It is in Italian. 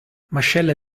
mascella